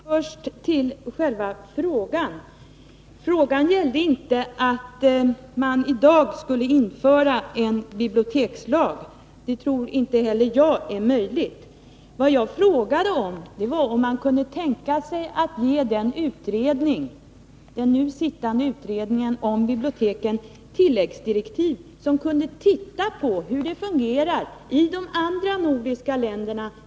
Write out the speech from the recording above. Herr talman! Först till själva frågan. Frågan gällde inte att man i dag skulle införa en bibliotekslag. Det tror inte heller jag är möjligt. Vad jag frågade om var om man kunde tänka sig att ge den nu sittande utredningen om biblioteken tilläggsdirektiv, så att den kunde titta på hur det fungerar i de andra nordiska länderna.